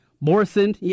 Morrison